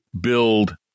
build